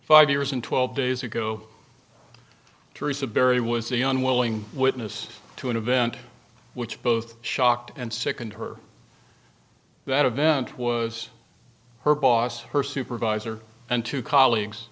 five years and twelve days ago teresa berry was the unwilling witness to an event which both shocked and sickened her that event was her boss her supervisor and two colleagues